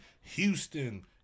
Houston